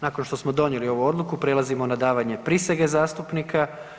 Nakon što smo donijeli ovu odluku, prelazimo na davanje prisege zastupnika.